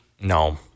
No